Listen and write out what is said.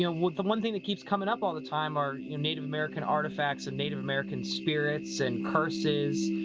yeah the one thing that keeps coming up all the time are you know native american artifacts, and native american spirits and curses